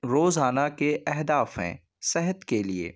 روزانہ کے اہداف ہیں صحت کے لیے